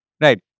Right